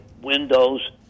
windows